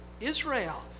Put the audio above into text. Israel